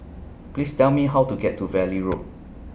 Please Tell Me How to get to Valley Road